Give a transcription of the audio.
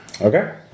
Okay